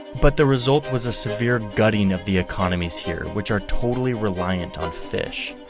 but the result was a severe gutting of the economies here, which are totally reliant on fish.